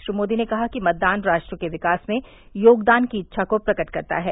श्री मोदी ने कहा कि मतदान राष्ट्र के विकास में योगदान की इच्छा को प्रकट करता है